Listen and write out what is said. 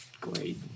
great